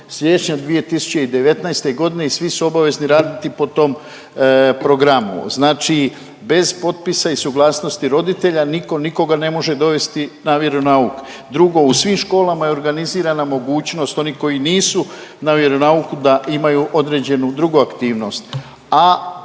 siječnja 2019.g. i svi su obavezni raditi po tom programu, znači bez potpisa i suglasnosti roditelja niko nikoga ne može dovesti na vjeronauk. Drugo, u svim školama je organizirana mogućnost oni koji nisu na vjeronauku da imaju određenu drugu aktivnost,